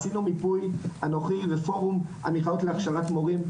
עשינו מיפוי אנוכי ופורום המכללות להכשרת מורים,